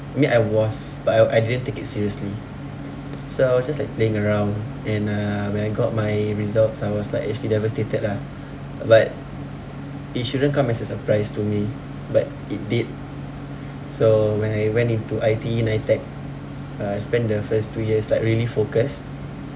I mean I was but I I didn't take it seriously so I was just like playing around and uh when I got my results I was like actually devastated lah but it shouldn't come as a surprise to me but it did so when I went into I_T_E NITEC uh I spend the first two years like really focused